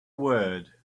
word